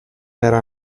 era